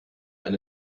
eine